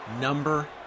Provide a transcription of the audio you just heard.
number